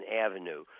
Avenue